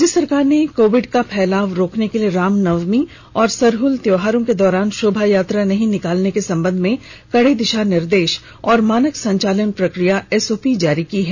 राज्य सरकार ने कोविड का फैलाव रोकने के लिए रामनवमी और सरहल त्योहारों के दौरान शोभा यात्रा नहीं निकालने के संबंध में कड़े दिशा निर्देश और मानक संचालन प्रक्रिया जारी की है